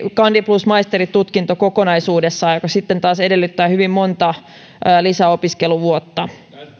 kandin plus maisterin tutkinto kokonaisuudessaan mikä sitten taas edellyttää hyvin monta lisäopiskeluvuotta